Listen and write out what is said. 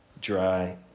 dry